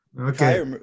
Okay